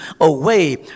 away